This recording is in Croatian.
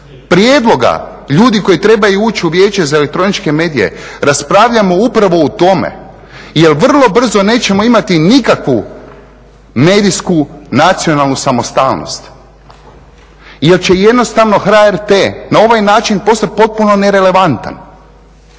prijedloga ljudi koji trebaju ući u Vijeće za elektroničke medije raspravljamo upravo o tome jer vrlo brzo nećemo imati nikakvu medijsku nacionalnu samostalnost jer će jednostavno HRT na ovaj način postat potpuno nerelevantan.